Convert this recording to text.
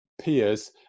peers